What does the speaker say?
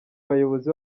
bayobozi